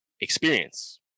experience